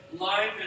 life